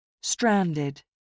Stranded